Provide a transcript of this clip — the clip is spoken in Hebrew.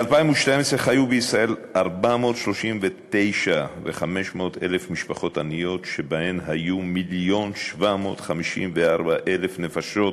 ב-2012 חיו בישראל 439,000 משפחות עניות שבהן חיו 1,754,000 נפשות,